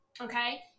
okay